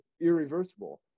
irreversible